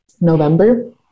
november